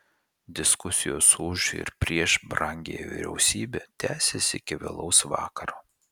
diskusijos už ir prieš brangiąją vyriausybę tęsėsi iki vėlaus vakaro